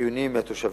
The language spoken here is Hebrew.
חיוניים מהתושבים,